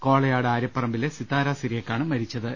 കോളയാട് ആര്യപ്പറമ്പിലെ സിത്താര സിറിയക്കാണ് മരിച്ചത്